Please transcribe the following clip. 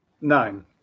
Nine